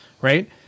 right